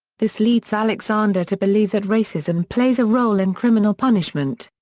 this leads alexander to believe that racism plays a role in criminal punishment.